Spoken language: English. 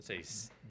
say